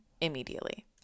immediately